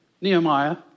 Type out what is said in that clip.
Nehemiah